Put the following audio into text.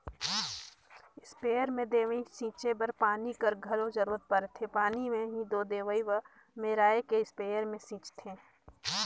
sprayer में दवई छींचे बर पानी कर घलो जरूरत परथे पानी में ही दो दवई ल मेराए के इस्परे मे छींचथें